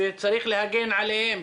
שצריך להגן עליהם,